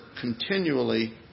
continually